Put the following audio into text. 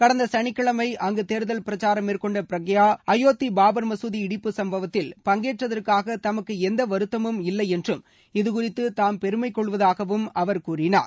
கடந்த சனிக்கிழமை அங்கு தேர்தல் பிரச்சாரம் மேற்கொண்ட பிரக்யா அயோத்தி பாபர் மசூதி இடிப்பு சம்பவத்தில் பங்கேற்றதற்காக தமக்கு எந்த வருத்தமும் இல்லைபென்றும் இது குறித்து தாம் பெருமை கொள்வதாகவும் அவர் கூறினார்